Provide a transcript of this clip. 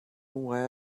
why